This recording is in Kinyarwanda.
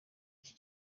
iki